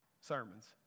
sermons